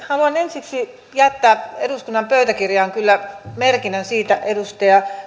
haluan ensiksi kyllä jättää eduskunnan pöytäkirjaan merkinnän edustaja